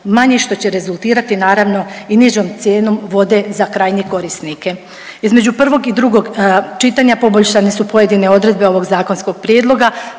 manji što će rezultirati naravno i nižom cijenom vode za krajnje korisnike. Između prvog i drugog čitanja poboljšane su pojedine odredbe ovog zakonskog prijedloga,